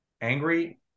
angry